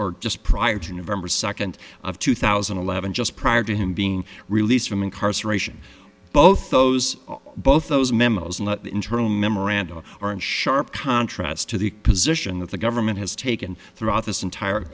or just prior to november second of two thousand and eleven just prior to him being released from incarceration both those both those memos and internal memoranda are in sharp contrast to the position that the government has taken throughout this entire